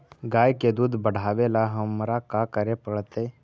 गाय के दुध बढ़ावेला हमरा का करे पड़तई?